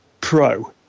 pro